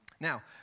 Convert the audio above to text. Now